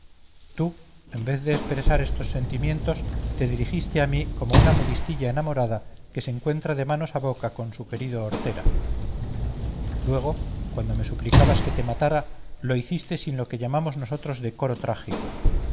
tú en vez de expresar estos sentimientos te dirigiste a mí como una modistilla enamorada que se encuentra de manos a boca con su querido hortera luego cuando me suplicabas que te matara lo hiciste sin lo que llamamos nosotros decoro trágico